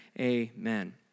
Amen